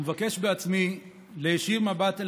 ומבקש בעצמי להישיר מבט אליכם,